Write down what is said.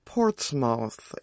Portsmouth